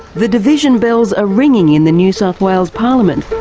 the division bells are ringing in the new south wales parliament